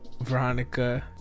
Veronica